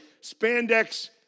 spandex